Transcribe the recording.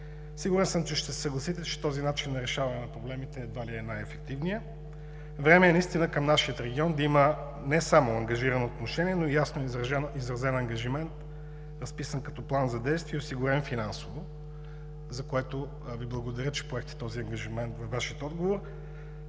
протести. Ще се съгласите, че този начин на решаване на проблемите едва ли е най-ефективният. Време е наистина към нашия регион да има не само ангажирано отношение, но и ясно изразен ангажимент, разписан като план за действие, осигурен финансово, за което Ви благодаря, че поехте този ангажимент във Вашия отговор.